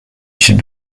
should